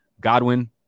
Godwin